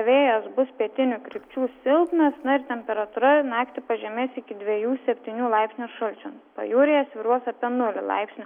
vėjas bus pietinių krypčių silpnas na ir temperatūra naktį pažemės iki dviejų septynių laipsnių šalčion pajūryje svyruos apie nulį laipsnių